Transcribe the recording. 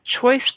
choice